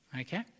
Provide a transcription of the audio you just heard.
Okay